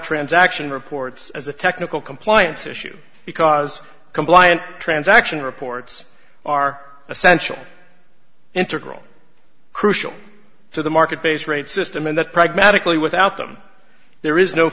transaction reports as a technical compliance issue because compliance transaction reports are essential integral crucial to the market base rate system and that pragmatically without them there is no